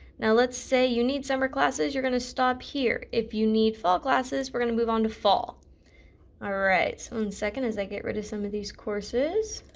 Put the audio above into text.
now let's say you need summer classes you're going to stop here, if you need fall classes, we're going to move on to fall alright one second as i get rid of some of these courses.